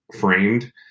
framed